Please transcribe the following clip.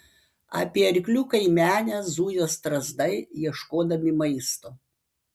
apie arklių kaimenę zujo strazdai ieškodami maisto